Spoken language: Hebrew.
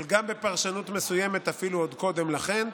אבל גם בפרשנות מסוימת אפילו עוד קודם לכן,